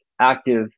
active